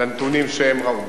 לנתונים שהם ראו,